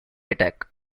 attack